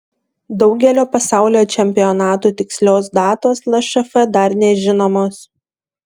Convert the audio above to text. daugelio pasaulio čempionatų tikslios datos lšf dar nežinomos